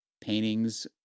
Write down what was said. paintings